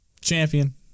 Champion